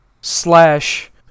...slash